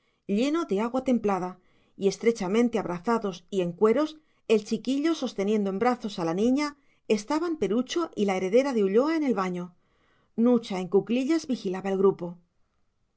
lleno de agua templada y estrechamente abrazados y en cueros el chiquillo sosteniendo en brazos a la niña estaban perucho y la heredera de ulloa en el baño nucha en cuclillas vigilaba el grupo